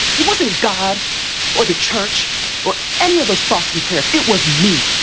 it wasn't god or the church or any of those thoughts and prayers. it was me.